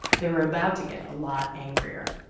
they were about to get a lot angrier.